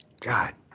God